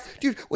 Dude